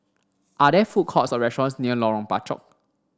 are there food courts or restaurants near Lorong Bachok